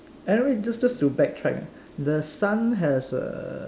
anyway just just to back track ah the sun has a